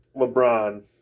LeBron